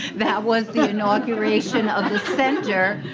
that was the inauguration of the center,